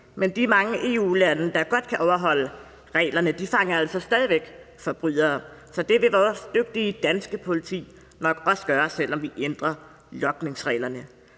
Men de mange EU-lande, der godt kan overholde reglerne, fanger altså stadig væk forbrydere, så det vil vores dygtige danske politi nok også gøre, selv om vi ændrer logningsreglerne.